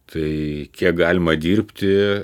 tai kiek galima dirbti